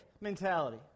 mentality